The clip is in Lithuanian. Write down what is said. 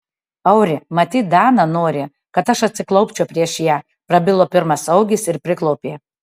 auri matyt dana nori kad aš atsiklaupčiau prieš ją prabilo pirmas augis ir priklaupė